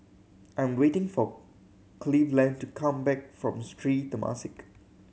I am waiting for Cleveland to come back from Sri Temasek